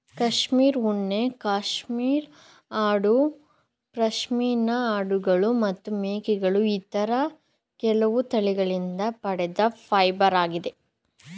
cashmere ಉಣ್ಣೆ cashmere ಆಡು ಪಶ್ಮಿನಾ ಆಡುಗಳು ಮತ್ತು ಮೇಕೆಗಳ ಇತರ ಕೆಲವು ತಳಿಗಳಿಂದ ಪಡೆದ ಫೈಬರಾಗಿದೆ